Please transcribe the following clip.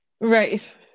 Right